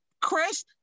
Chris